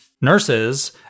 nurses